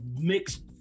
mixed